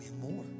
more